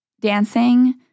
dancing